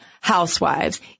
housewives